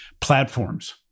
platforms